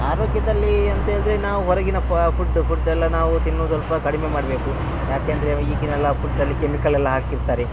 ಆರೋಗ್ಯದಲ್ಲಿ ಅಂತೇಳಿದರೆ ನಾವು ಹೊರಗಿನ ಫುಡ್ ಫುಡ್ಡೆಲ್ಲ ನಾವು ತಿನ್ನೋದು ಸ್ವಲ್ಪ ಕಡಿಮೆ ಮಾಡಬೇಕು ಯಾಕೆಂದರೆ ಈಗಿನೆಲ್ಲ ಫುಡ್ಡಲ್ಲಿ ಕೆಮಿಕಲೆಲ್ಲ ಹಾಕಿರ್ತಾರೆ